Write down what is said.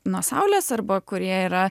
nuo saulės arba kurie yra